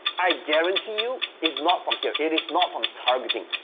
i guarantee you is not from here. it is not from targeting.